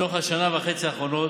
מתוך השנה וחצי האחרונות,